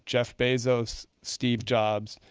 jeff bezos, steve jobs,